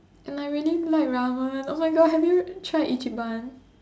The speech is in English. and I really like Ramen oh my God have you tried ichiban